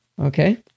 Okay